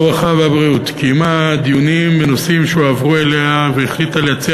הרווחה והבריאות דנה בנושאים שהועברו אליה והחליטה להציע